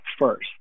first